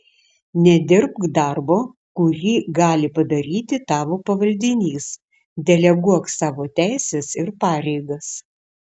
nedirbk darbo kurį gali padaryti tavo pavaldinys deleguok savo teises ir pareigas